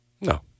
No